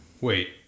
wait